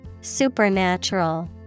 Supernatural